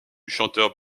chanteur